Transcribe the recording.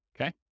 okay